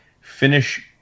finish